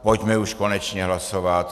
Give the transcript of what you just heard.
Pojďme už konečně hlasovat.